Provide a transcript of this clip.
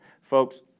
Folks